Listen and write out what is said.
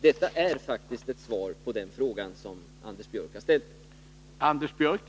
Detta är faktiskt ett svar på den fråga som Anders Björck har ställt.